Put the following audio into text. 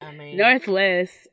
Northwest